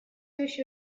еще